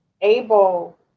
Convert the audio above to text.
able